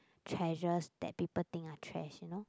treasures that people think I trash you know